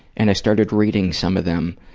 and i started reading some of them,